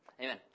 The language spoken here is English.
Amen